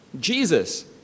Jesus